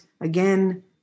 again